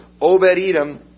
Obed-Edom